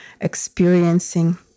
experiencing